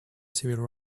civil